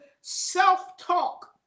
self-talk